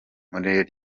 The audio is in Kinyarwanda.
muri